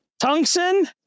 Tungsten